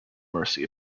mercy